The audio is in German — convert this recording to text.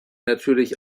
natürlich